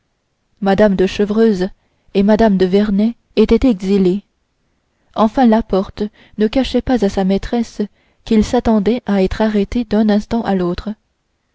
mme de chevreuse et mme de vernel étaient exilées enfin la porte ne cachait pas à sa maîtresse qu'il s'attendait à être arrêté d'un instant à l'autre